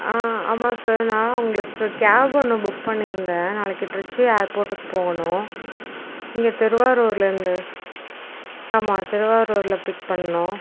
ஆமாம் சார் நான் உங்களுக்கு கேப் ஒன்று புக் பண்ணியிருந்தேன் நாளைக்கு திருச்சி ஏர் போர்ட்டுக்கு போகணும் இங்கே திருவாரூர்லருந்து ஆமாம் திருவாரூரில் பிக் பண்ணணும்